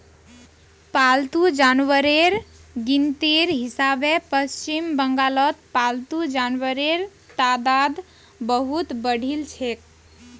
पालतू जानवरेर गिनतीर हिसाबे पश्चिम बंगालत पालतू जानवरेर तादाद बहुत बढ़िलछेक